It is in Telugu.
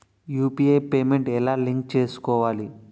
యు.పి.ఐ పేమెంట్ ఎలా లింక్ చేసుకోవాలి?